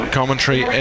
commentary